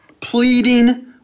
Pleading